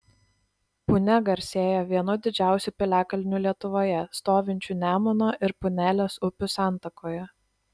punia garsėja vienu didžiausių piliakalnių lietuvoje stovinčiu nemuno ir punelės upių santakoje